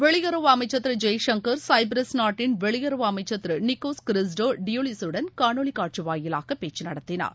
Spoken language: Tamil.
வெளியுறவு அமைச்சர் திரு ஜெய்சங்கர் சைபிரஸ் நாட்டின் வெளியுறவு அமைச்சர் திரு நிக்கோஸ் கிறிஸ்டோ டியூலிடிசுடன் காணொலி காட்சி வாயிலாக பேச்சு நடத்தினார்